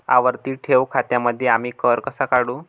आवर्ती ठेव खात्यांमध्ये आम्ही कर कसा काढू?